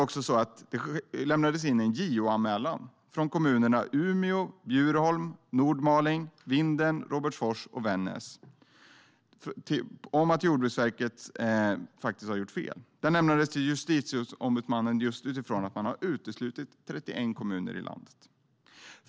I går lämnades en JO-anmälan in från kommunerna Umeå, Bjurholm, Nordmaling, Vindeln, Robertsfors och Vännäs om att Jordbruksverket faktiskt har gjort fel. Anmälan lämnades till Justitieombudsmannen just utifrån att 31 kommuner i landet har uteslutits.